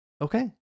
Okay